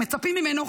מצפים ממנו,